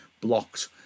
blocked